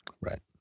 Right